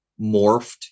morphed